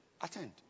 Attend